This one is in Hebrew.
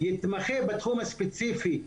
יתמחה בתחום ספציפי,